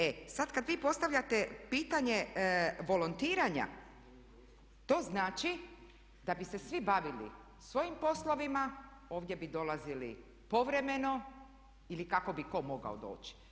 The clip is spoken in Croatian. E sad kad vi postavljate pitanje volontiranja to znači da bi se svi bavili svojim poslovima, ovdje bi dolazili povremeno ili kako bi tko mogao doći.